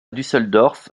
düsseldorf